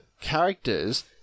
characters